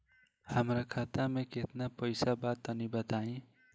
हमरा खाता मे केतना पईसा बा तनि बताईं?